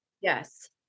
yes